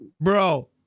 bro